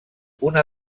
una